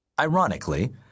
Ironically